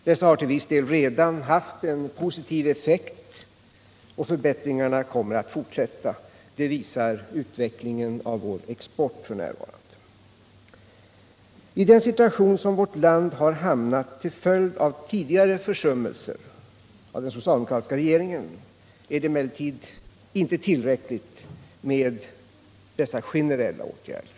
Dessa har till viss del redan haft en positiv effekt och förbättringarna kommer att fortsätta. Det visar utvecklingen av vår export. I den situation som vårt land har hamnat i till följd av tidigare försummelser av den socialdemokratiska regeringen är det emellertid inte tillräckligt med dessa generella åtgärder.